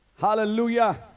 Hallelujah